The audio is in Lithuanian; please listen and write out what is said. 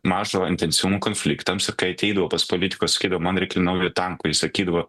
mažo intensyvumo konfliktams ir kai ateidavau pas politikus sakydavau man reikia naujo tanko jie sakydavo